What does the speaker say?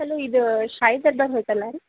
hello ಇದು ಶಾಯಿ ದರ್ದಾರ್ ಹೋಟಲ್ಲಾ ರೀ